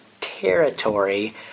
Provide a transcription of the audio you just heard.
territory